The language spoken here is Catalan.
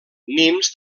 nimes